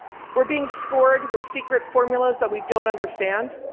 we're being scored with secret formulas that we don't understand